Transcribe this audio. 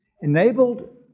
enabled